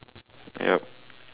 yup